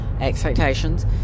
expectations